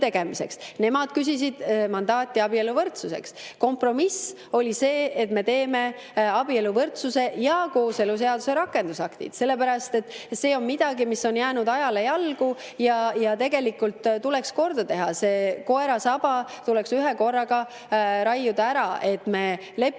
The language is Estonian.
nemad küsisid mandaati abieluvõrdsuseks. Kompromiss oli see, et me teeme abieluvõrdsuse ja kooseluseaduse rakendusaktid, sellepärast et see on midagi, mis on jäänud ajale jalgu ja mis tuleks tegelikult korda teha. See koerasaba tuleks ühe korraga raiuda ära: me lepime